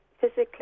physically